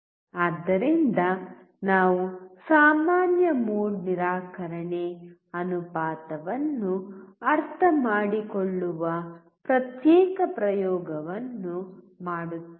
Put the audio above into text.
ಆದ್ದರಿಂದ ನಾವು ಸಾಮಾನ್ಯ ಮೋಡ್ ನಿರಾಕರಣೆ ಅನುಪಾತವನ್ನು ಅರ್ಥಮಾಡಿಕೊಳ್ಳುವ ಪ್ರತ್ಯೇಕ ಪ್ರಯೋಗವನ್ನು ಮಾಡುತ್ತೇವೆ